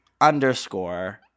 underscore